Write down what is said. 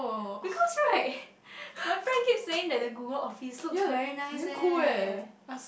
because right my friend keeps saying that the Google office looks very nice leh